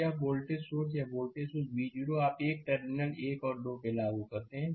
यह voltage source यह voltage V0 आप एक टर्मिनल 1 और 2 लागू करते हैं